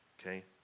Okay